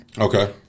Okay